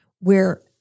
where-